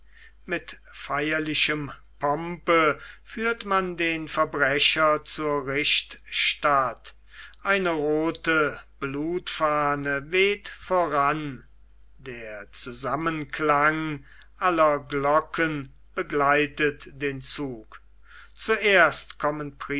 mit feierlichem pompe führt man den verbrecher zur richtstatt eine rothe blutfahne weht voran der zusammenklang aller glocken begleitet den zug zuerst kommen